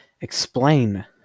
explain